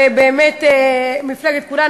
ובאמת מפלגת כולנו,